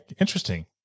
Interesting